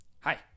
Hi